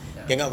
ya